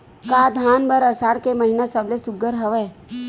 का धान बर आषाढ़ के महिना सबले सुघ्घर हवय?